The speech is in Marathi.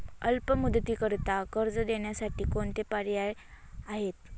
अल्प मुदतीकरीता कर्ज देण्यासाठी कोणते पर्याय आहेत?